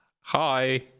Hi